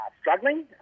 struggling